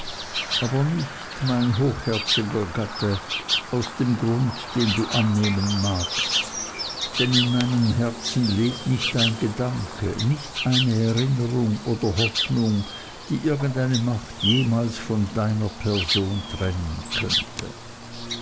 aber nicht mein hochherziger gatte aus dem grund den du annehmen magst denn in meinem herzen lebt nicht ein gedanke nicht eine erinnerung oder hoffnung die irgend eine macht jemals von deiner person trennen könnte